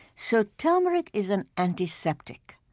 so turmeric is an antiseptic.